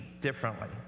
differently